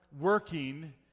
working